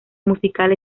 musical